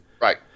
Right